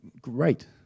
great